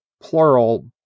plural